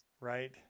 Right